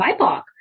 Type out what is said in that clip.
BIPOC